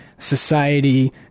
society